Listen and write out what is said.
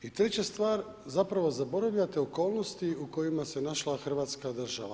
I treća stvar, zapravo zaboravljate okolnosti u kojima se našla Hrvatska država.